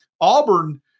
Auburn